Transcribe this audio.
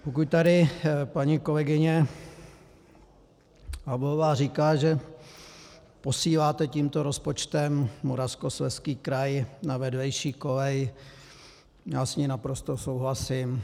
Pokud tady paní kolegyně Havlová říká, že posíláte tímto rozpočtem Moravskoslezský kraj na vedlejší kolej, já s ní naprosto souhlasím.